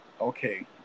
Okay